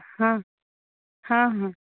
ହଁ ହଁ ହଁ